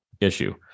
issue